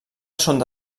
sonda